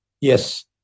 Yes